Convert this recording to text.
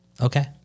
Okay